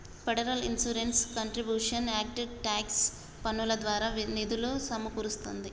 federal insurance contributions act tax పన్నుల ద్వారా నిధులు సమకూరుస్తాంది